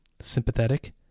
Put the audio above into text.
sympathetic